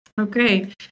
Okay